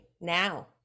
now